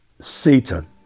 Satan